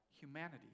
humanity